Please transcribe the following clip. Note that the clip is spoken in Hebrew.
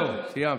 זהו, סיימת.